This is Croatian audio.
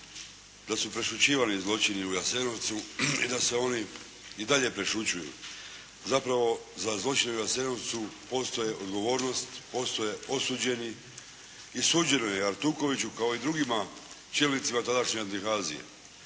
da su prešućivani zločini u Jasenovcu i da se oni i dalje prešućuju. Zapravo, za zločine u Jasenovcu postoje odgovornost, postoje osuđeni i suđeno je Artukoviću kao i drugima čelnicima tadašnje NDH-azije.